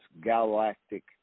galactic